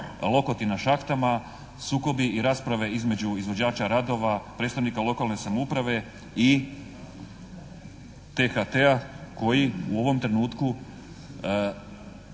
lokoti na šahtama, sukobi i rasprave između izvođača radova, predstavnika lokalne samouprave i THT-a koji u ovom trenutku